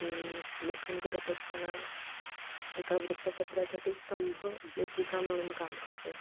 मी लेखन करत असताना एका वृत्तपत्रासाठी स्तंभ लेखिका म्हणून काम करते